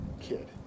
kid